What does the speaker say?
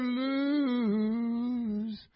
lose